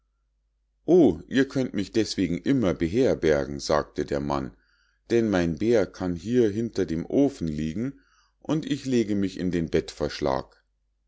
o ihr könnt mich deßwegen immer beherbergen sagte der mann denn mein bär kann hier hinter dem ofen liegen und ich lege mich in den